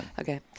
Okay